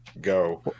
Go